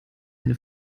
eine